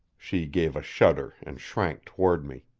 she gave a shudder and shrank toward me.